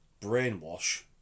brainwash